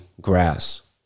grass